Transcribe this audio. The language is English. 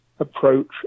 approach